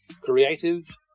creative